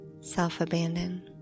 self-abandon